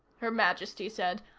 her majesty said,